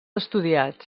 estudiats